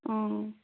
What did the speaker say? অঁ